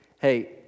hey